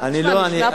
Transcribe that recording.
שם נשמע תמונת